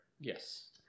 Yes